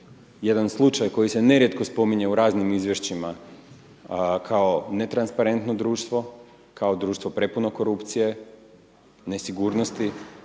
jedan slučaj koji se nerijetko spominje u raznim izvješćima kao netransparentno društvo, kao društvo prepuno korupcije, nesigurnosti,